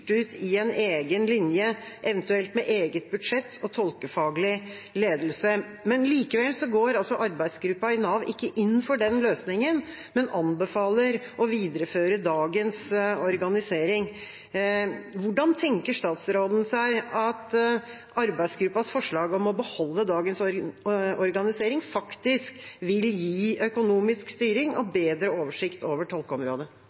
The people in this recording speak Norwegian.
ut i en egen linje, eventuelt med eget budsjett og tolkefaglig ledelse. Likevel går altså arbeidsgruppa i Nav ikke inn for den løsningen, men anbefaler å videreføre dagens organisering. Hvordan tenker statsråden seg at arbeidsgruppas forslag om å beholde dagens organisering faktisk vil gi økonomisk styring og bedre oversikt over tolkeområdet?